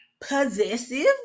possessive